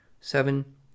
seven